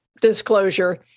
disclosure